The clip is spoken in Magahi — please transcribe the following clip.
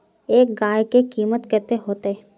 एक गाय के कीमत कते होते?